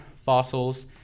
fossils